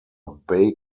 bay